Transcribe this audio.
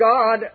God